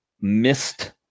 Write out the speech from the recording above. missed